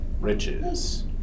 riches